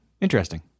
Interesting